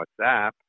WhatsApp